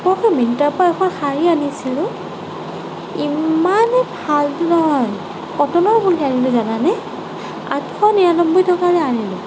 মিণ্ট্ৰাৰ পৰা এখন শাড়ী আনিছিলো ইমানে ফাল্টু নহয় কটনৰ বুলি আনিলোঁ জানানে আঠশ নিৰান্নবৈ টকাৰে আনিলোঁ